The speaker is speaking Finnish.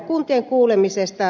kuntien kuulemisesta